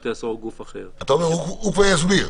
בתי הסוהר או גוף אחר --- אתה אומר הוא כבר יסביר.